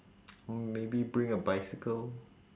or maybe bring a bicycle